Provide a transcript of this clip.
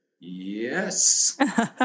yes